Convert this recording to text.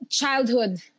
Childhood